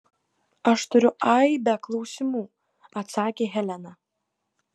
aš turiu aibę klausimų atsakė helena